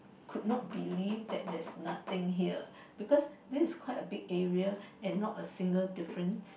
could not believe that there's nothing here because this is quite a big area and not a single difference